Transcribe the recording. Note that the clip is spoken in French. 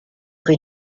rue